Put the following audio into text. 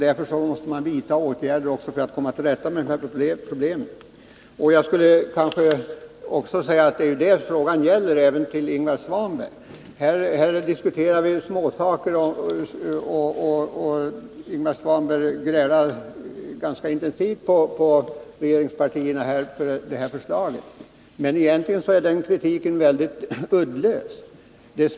Därför måste vi vidta åtgärder för att komma till rätta med dessa problem. Även till Ingvar Svanberg vill jag säga att det är detta som frågan gäller. Vi diskuterar här småsaker, och Ingvar Svanberg grälar ganska intensivt på regeringspartierna för det aktuella förslaget. Men egentligen är den kritiken mycket uddlös.